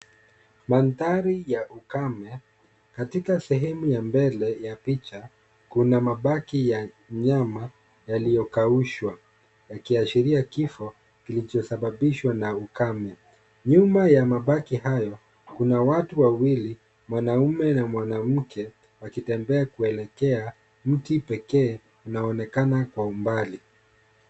Mandhari ya ukame, katika sehemu ya mbele ya picha, kuna mabaki ya nyama yaliyokaushwa, yakiashiria kifo kilichosababishwa na ukame. Nyuma ya mabaki hayo kuna watu wawili, mwanaume na mwanamke, wakitembea kuelekea mti pekee unaonekana kwa umbali.